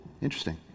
Interesting